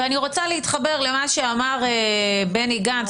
ואני רוצה להתחבר למה שאמר בני גנץ,